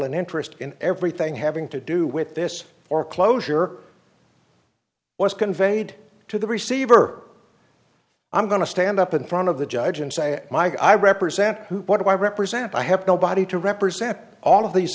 and interest in everything having to do with this foreclosure was conveyed to the receiver i'm going to stand up in front of the judge and say mike i represent what i represent i have nobody to represent all of these